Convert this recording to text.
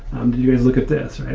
and you guys look at this?